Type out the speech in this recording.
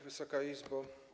Wysoka Izbo!